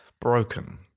broken